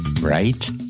right